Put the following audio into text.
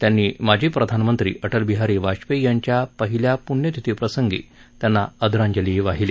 त्यांनी माजी प्रधानमंत्री अटल बिहारी वाजपेयी यांच्या पहिल्या प्ण्यतिथी प्रसंगी त्यांना आदरांजली वाहिली